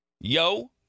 Yo